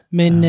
men